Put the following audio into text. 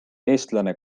eestlane